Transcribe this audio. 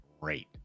great